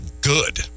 good